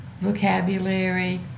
vocabulary